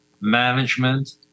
management